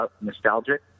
nostalgic